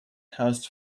housed